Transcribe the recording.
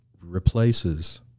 replaces